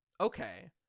Okay